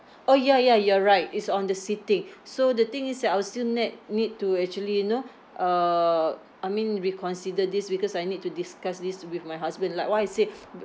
orh ya ya you're right it's on the seating so the thing is that I'll still need need to actually you know uh I mean reconsider this because I need to discuss this with my husband like what I said